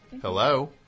Hello